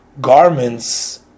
garments